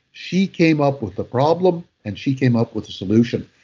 she came up with the problem and she came up with the solution.